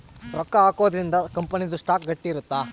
ರೊಕ್ಕ ಹಾಕೊದ್ರೀಂದ ಕಂಪನಿ ದು ಸ್ಟಾಕ್ ಗಟ್ಟಿ ಇರುತ್ತ